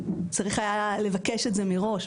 צריך היה לבקש את זה מראש,